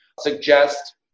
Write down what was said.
suggest